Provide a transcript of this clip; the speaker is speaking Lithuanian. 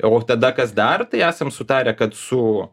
o tada kas dar tai esam sutarę kad su